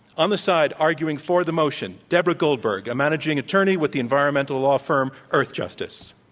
on the side arguing for the motion deborah goldberg, a managing attorney with the environmental law firm earthjustice.